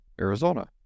Arizona